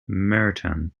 merton